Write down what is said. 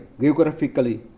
geographically